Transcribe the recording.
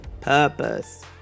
purpose